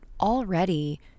already